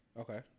Okay